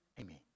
Amen